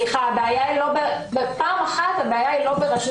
סליחה, פעם אחת, הבעיה היא לא ברשות